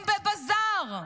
הם בבזאר,